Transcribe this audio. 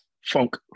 funk